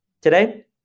Today